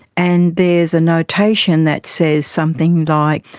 and there's a notation that says something like,